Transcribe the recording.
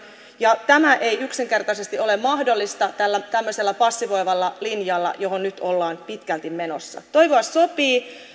ja tämä ei yksinkertaisesti ole mahdollista tällä tämmöisellä passivoivalla linjalla johon nyt ollaan pitkälti menossa toivoa sopii